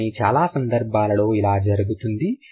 కానీ చాలా సందర్భాలలో ఇలా జరుగుతుంది